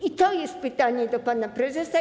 I to jest pytanie do pana prezesa.